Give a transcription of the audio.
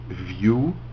view